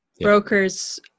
Brokers